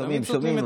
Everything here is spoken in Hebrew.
שומעים,